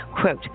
Quote